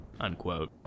Unquote